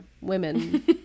women